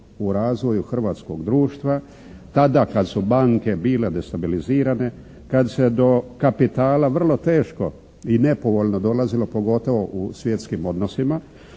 u razvoju hrvatskog društva tada kad su banke bile destabilizirane, kad se do kapitala vrlo teško i nepovoljno dolazilo pogotovo u svjetskim odnosima,